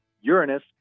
Uranus